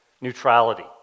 neutrality